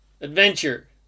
adventure